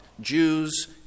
Jews